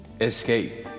escape